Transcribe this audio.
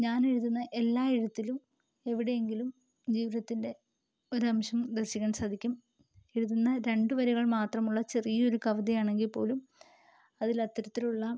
ഞാൻ എഴുതുന്ന എല്ലാ എഴുത്തിലും എവിടെയെങ്കിലും ജീവിതത്തിൻ്റെ ഒരംശം ദർശിക്കാൻ സാധിക്കും എഴുതുന്ന രണ്ടു വരികൾ മാത്രമുള്ള ചെറിയ ഒരു കവിതയാണെങ്കിൽ പോലും അതില് അത്തരത്തിലുള്ള